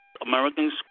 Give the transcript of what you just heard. Americans